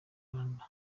rwanda